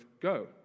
go